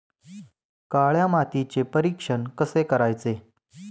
काळ्या मातीचे परीक्षण कसे करायचे?